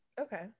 okay